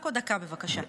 רק עוד דקה, בבקשה.